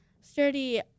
sturdy